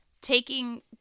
taking